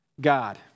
God